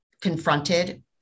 confronted